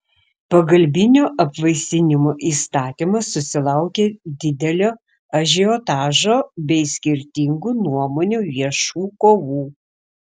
pagalbinio apvaisinimo įstatymas susilaukė didelio ažiotažo bei skirtingų nuomonių viešų kovų